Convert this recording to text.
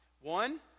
One